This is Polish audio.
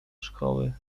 szkoły